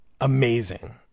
amazing